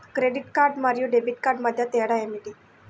Credit card మరియు debit card మధ్య తేడా ఏమిటి?